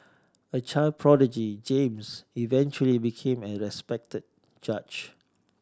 a child prodigy James eventually became a respected judge